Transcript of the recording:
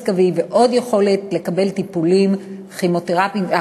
קווי ועוד יכולת לקבל טיפולי הקרנות.